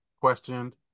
questioned